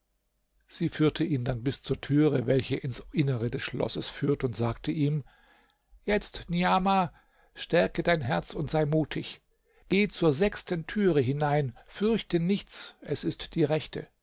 sie führte ihn dann bis zur türe welche ins innere des schlosses führt sagte ihm jetzt niamah stärke dein herz und sei mutig geh zur sechsten türe hinein fürchte nichts es ist die rechte